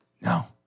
No